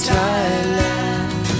Thailand